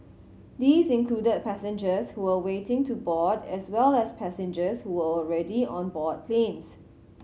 these included passengers who were waiting to board as well as passengers who were already on board planes